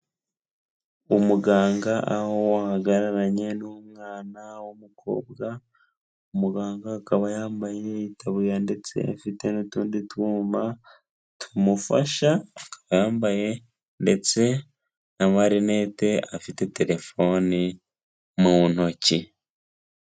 Umuganga aho ahagararanye n'umwana w'umukobwa, umuganga akaba yambaye itaburiya ndetse afite n'utundi twuma tumufasha, akaba yambaye ndetse n'amarineti afite telefoni mu ntoki.